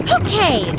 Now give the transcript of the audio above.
ok,